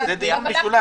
דיון משלוב.